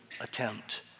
attempt